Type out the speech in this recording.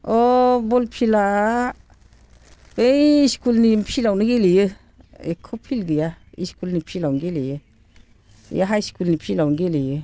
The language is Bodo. अ बल फिल्डआ बै स्कुलनि फिल्डावनो गेलेयो एख' फिल्ड गैया स्कुलनि फिल्डावनो गेलेयो बे हाइस्कुलनि फिल्डावनो गेलेयो